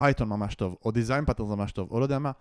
אייטון ממש טוב, או דיזיין פטרן ממש טוב, או לא יודע מה.